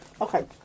Okay